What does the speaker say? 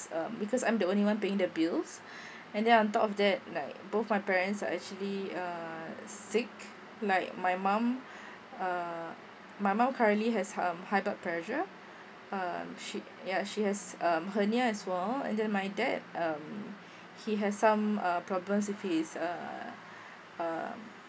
um because I'm the only one paying the bills and then on top of that like both my parents are actually uh sick like my mum uh my mum currently has um high blood pressure uh she ya she has um hernia as well and then my dad um he has some uh problems with his uh um